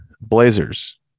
Blazers